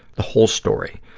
the whole story,